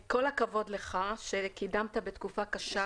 כל הכבוד לך שקידמת בתקופה קשה -- אנשי